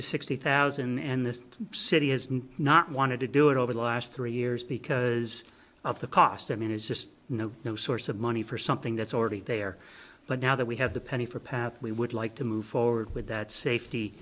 to sixty thousand and the city has not wanted to do it over the last three years because of the cost i mean it's just no no source of money for something that's already there but now that we have the penny for path we would like to move forward with that safety